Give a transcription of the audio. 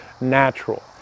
natural